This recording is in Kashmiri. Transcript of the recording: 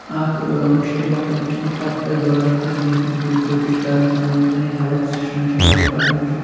اَکھ ٲں مشکل وقت وُچھنہٕ پَتہٕ پَزِ گورمِنٹَس ییٖژ نہٕ تیٖژ کوٗشِش کَرٕنۍ پَنُن یُس زَنہٕ یہِ ہیٚلٕتھ سِسٹَم چھُ ہیٚلٕتھ ڈِپارٹمیٚنٛٹ چھُ